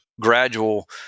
gradual